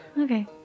Okay